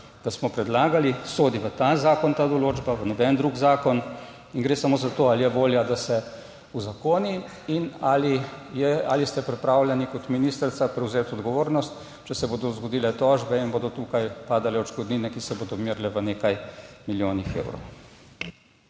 da smo predlagali, ta določba sodi v ta zakon, v noben drug zakon, in gre samo za to, ali je volja, da se uzakoni, in ali ste pripravljeni kot ministrica prevzeti odgovornost, če se bodo zgodile tožbe, potem bodo tukaj padale odškodnine, ki se bodo merile v nekaj milijonih evrov.